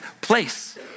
place